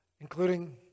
including